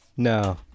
No